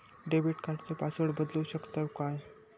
Debit कार्डचो password बदलु शकतव काय?